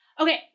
Okay